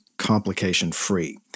complication-free